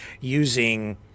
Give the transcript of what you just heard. using